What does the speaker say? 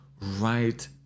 right